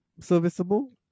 serviceable